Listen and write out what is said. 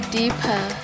deeper